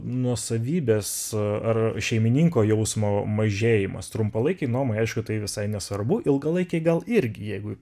nuosavybės ar šeimininko jausmo mažėjimas trumpalaikei nuomai aišku tai visai nesvarbu ilgalaikiai gal irgi jeigu